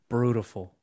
Brutal